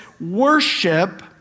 Worship